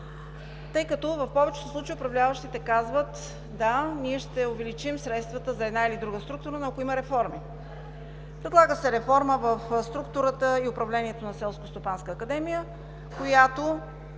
академия. В повечето случаи управляващите казват: „Да, ние ще увеличим средствата за една или друга структура, но ако има реформа.“ Предлага се реформа в структурата и управлението на